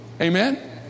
amen